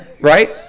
right